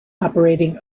operating